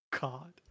God